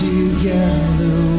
Together